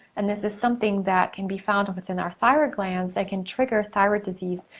and this is something that can be found within our thyroid glands that can trigger thyroid disease,